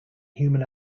human